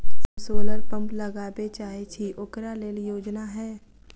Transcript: हम solar pump लगाबै चाहय छी ओकरा लेल योजना हय?